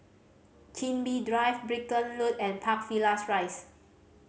Chin Bee Drive Brickland Road and Park Villas Rise